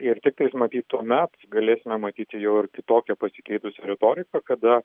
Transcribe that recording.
ir tiktais matyt tuomet galėsime matyti jau ir kitokią pasikeitusią retoriką kada